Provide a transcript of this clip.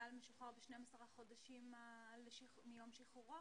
חייל משוחרר ב-12 החודשים מיום שחרורו?